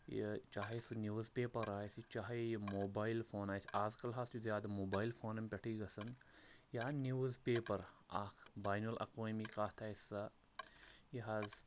یہِ چاہے سُہ نِوٕز پیپَر آسہِ چاہے یہِ موبایِل فون آسہِ آز کَل حظ چھُ زیادٕ موبایل فونَن پٮ۪ٹھٕے گژھن یا نِوٕز پیپَر اَکھ بینُ الاقوٲمی کَتھ آسہِ سۄ یہِ حظ